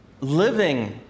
Living